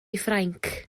ffrainc